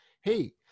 hey